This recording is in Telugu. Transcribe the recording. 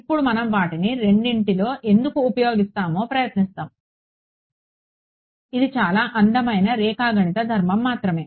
ఇప్పుడు మనం వాటిలో రెండింటిని ఎందుకు ఉపయోగిస్తున్నామో పరిశీలిస్తాము ఇది చాలా అందమైన రేఖాగణిత ధర్మం మాత్రమే